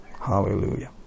Hallelujah